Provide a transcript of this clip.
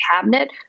cabinet